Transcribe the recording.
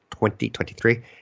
2023